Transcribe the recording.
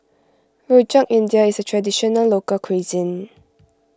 Rojak India is a Traditional Local Cuisine